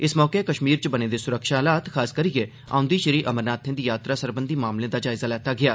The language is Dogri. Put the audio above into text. इस मौके कश्मीर च बने दे सुरक्षा हालात खासकरियै औंदी श्री अमरनाथें दी यात्रा सरबंधी मामलें दा जायजा लैता गेआ